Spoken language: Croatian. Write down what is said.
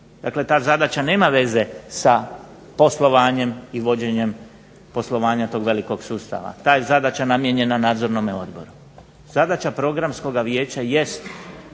Dakle, ta zadaća nema veze sa poslovanjem i vođenjem poslovanja tog velikog sustava, ta je zadaća namijenjena Nadzornom odboru. Zadaća Programskoga vijeća jest